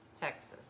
Texas